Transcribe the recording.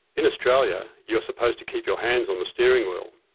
in australia you are supposed to keep your hands on the steering wheel.